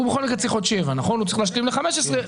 הוא בכל מקרה צריך עוד שבע שנים כדי להשלים ל-15 שנים.